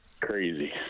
crazy